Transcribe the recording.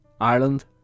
Ireland